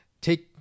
take